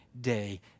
day